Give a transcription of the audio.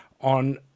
on